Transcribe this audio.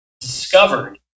discovered